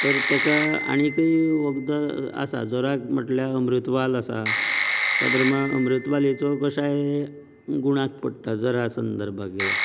तर तेका आनीकय वखदां आसात जोराक म्हटल्यार अमृतवाल आसा त्या प्रमाण अमृत वालीचो कशाय गुणाक पडटा जोरा संदर्भांत गेल्यार